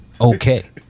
Okay